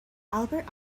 albert